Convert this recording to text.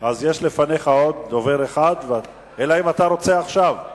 יש לפניך עוד דובר אחד, אלא אם אתה רוצה עכשיו.